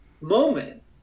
moment